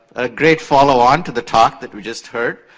a great follow-on to the talk that we just heard.